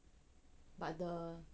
but the